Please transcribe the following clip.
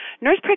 Nurse